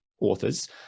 authors